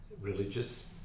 religious